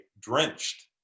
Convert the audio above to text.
drenched